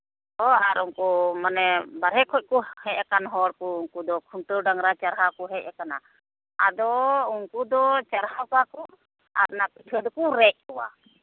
ᱚ ᱟᱨ ᱩᱱᱠᱩ ᱢᱟᱱᱮ ᱵᱟᱦᱨᱮ ᱠᱷᱚᱱ ᱠᱚ ᱦᱮᱡ ᱟᱠᱟᱱ ᱦᱚᱲᱠᱚ ᱩᱱᱠᱩ ᱫᱚ ᱠᱷᱩᱱᱴᱟᱹᱣ ᱰᱟᱝᱨᱟ ᱪᱟᱨᱦᱟᱣ ᱠᱚ ᱦᱮᱡ ᱠᱟᱱᱟ ᱟᱫᱚ ᱩᱱᱠᱩ ᱫᱚ ᱪᱟᱨᱦᱟᱣ ᱠᱚᱣᱟ ᱠᱚ ᱟᱨ ᱚᱱᱟ ᱯᱤᱴᱷᱟᱹ ᱫᱚᱠᱚ ᱨᱮᱡ ᱠᱚᱣᱟ